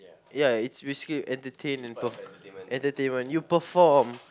ya it's basically entertainment you perform